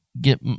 Get